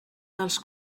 dels